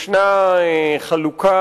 ישנה חלוקה